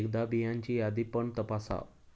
एकदा बियांची यादी पण तपासा